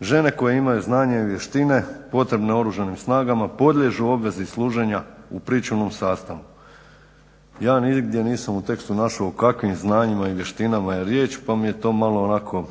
"Žene koje imaju znanje i vještine potrebne oružanim snagama podliježu obvezi služenja u pričuvnom sastavu". Ja nigdje nisam u tekstu našao o kakvim znanjima i vještinama je riječ pa mi je to malo onako